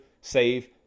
save